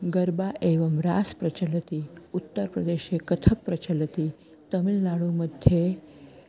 गर्बा एवं रास् प्रचलति उत्तरप्रदेशे कथक् प्रचलति तमिल्नाडु मध्ये